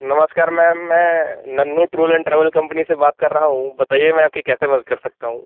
नमस्कार मैम मैं Nanhu tour and travel company से बात कर रहा हूँ बताइए मैं आपकी कैसे मदद कर सकता हूँ